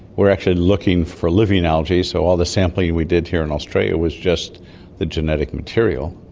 we're actually looking for living algae, so all the sampling we did here in australia was just the genetic material,